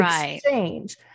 exchange